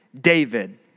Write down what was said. David